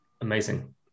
amazing